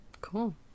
Cool